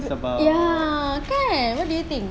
ya kan what do you think